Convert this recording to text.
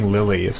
Lily